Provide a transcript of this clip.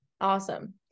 awesome